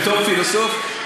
בתור פילוסוף,